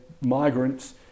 migrants